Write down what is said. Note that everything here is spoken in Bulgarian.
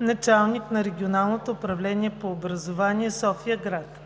началник на Регионалното управление по образование – София-град,